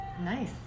nice